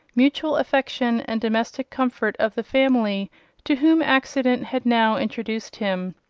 mutual affection, and domestic comfort of the family to whom accident had now introduced him.